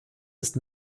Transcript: ist